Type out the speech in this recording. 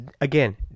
again